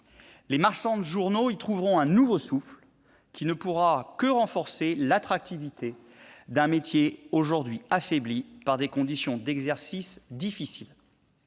Les marchands de journaux y trouveront un nouveau souffle, qui ne pourra que renforcer l'attractivité d'un métier aujourd'hui affaibli par des conditions difficiles